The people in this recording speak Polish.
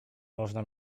można